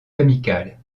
amicale